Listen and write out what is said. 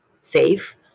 safe